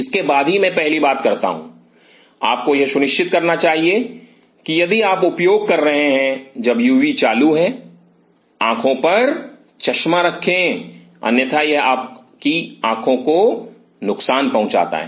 इसके बाद ही मैं पहली बात करता हूं आपको यह सुनिश्चित करना चाहिए कि यदि आप उपयोग कर रहे हैं जब यूवी चालू है आंखों पर चश्मा रखें अन्यथा यह आपकी आंखों को नुकसान पहुंचाता है